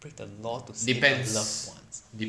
break the law to save your loved ones